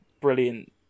brilliant